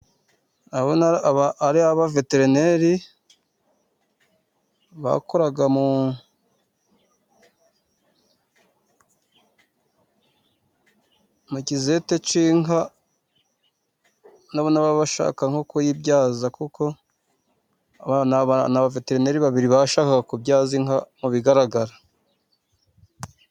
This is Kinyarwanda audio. ABA ari abaveterineri bakora mu kizete cy'inka, bashaka nko kuyibyaza, kuko ni abaveterineri babiri bashakaga kubyaza inka mu bigaragara.